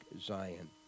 Zion